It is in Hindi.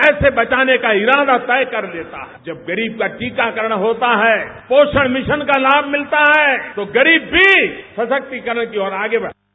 पैसे बचाने का यह इरादा तय कर लेता है जब गरीब का टीकाकरण होता है पोषण मिशन का लाभ मिलता है तो गरीब भी सशक्तिकरण की ओर आगे बढ़ता है